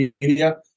media